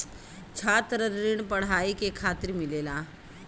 छात्र ऋण पढ़ाई के खातिर मिलेला